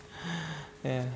ya